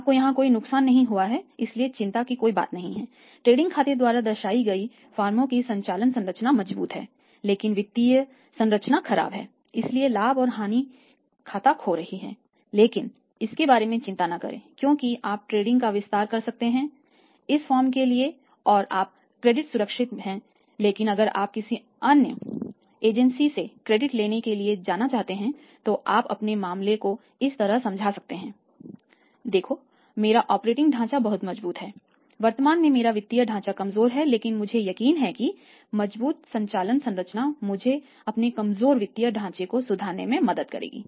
आपको यहां कोई नुकसान नहीं हुआ है इसलिए चिंता की कोई बात नहीं है ट्रेडिंग खाते द्वारा दर्शाई गई फर्मों की संचालन संरचना मजबूत है लेकिन वित्तीय संरचना खराब है इसलिए लाभ और हानि खाता खो रहा है लेकिन इसके बारे में चिंता न करें क्योंकि आप क्रेडिट का विस्तार कर सकते हैं इस फर्म के लिए और आपका क्रेडिट सुरक्षित है लेकिन अगर आप किसी अन्य एजेंसी से क्रेडिट लेने के लिए जाना चाहते हैं तो आप अपने मामले को इस तरह समझा सकते हैं देखो मेरा ऑपरेटिंग ढाँचा बहुत मजबूत है वर्तमान में मेरा वित्तीय ढाँचा कमजोर है लेकिन मुझे यकीन है कि मजबूत संचालन संरचना मुझे अपने कमजोर वित्तीय ढांचे को सुधारने में मदद करेगी